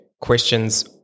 questions